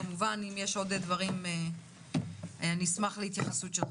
כמובן, אם יש עוד דברים, נשמח להתייחסות שלך.